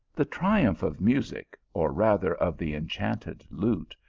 the triumph of music, or rather of the enchanted lute,